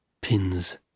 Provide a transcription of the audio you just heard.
Pins